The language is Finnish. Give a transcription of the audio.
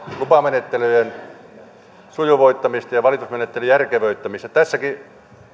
lupamenettelyjen sujuvoittamista ja valitusmenettelyn järkevöittämistä tässäkin